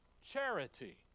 charity